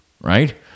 right